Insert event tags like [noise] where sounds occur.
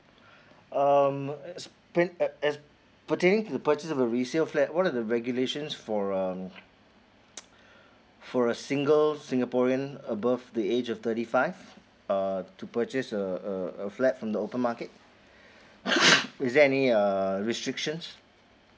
um as pertaining to purchase of a resale flat what are the regulations for um [noise] for a single singaporean above the age of thirty five uh to purchase a a a flat from the open market [noise] is there any uh restrictions